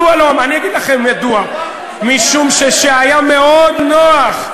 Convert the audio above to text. אני אגיד לכם מדוע, משום שהיה מאוד נוח,